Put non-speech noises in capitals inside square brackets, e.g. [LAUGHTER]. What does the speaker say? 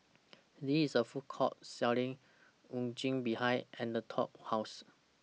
[NOISE] There IS A Food Court Selling Unagi behind Anatole's House